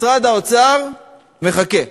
משרד האוצר מחכה.